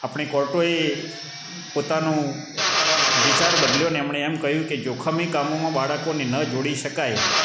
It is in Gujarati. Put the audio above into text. આપણે કોર્ટોએ પોતાનું વિચાર બદલ્યોને એમણે એમ કહ્યું કે જોખમી કામોમાં બાળકોને ન જોડી શકાય